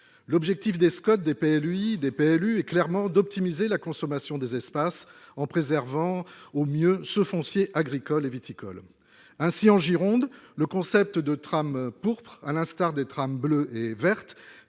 L'objectif des SCOT, des PLUI ou des PLU est clairement d'optimiser la consommation des espaces, en préservant au mieux le foncier agricole et viticole. Ainsi, en Gironde, le concept de trame pourpre, à l'instar des trames bleues et vertes,